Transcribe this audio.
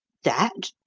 that?